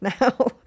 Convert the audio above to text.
now